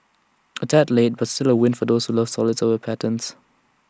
A tad late but still A win for those who love solids over patterns